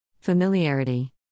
Familiarity